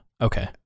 Okay